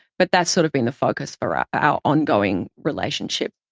but that's sort of been the focus for our our ongoing relationship.